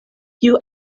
kiu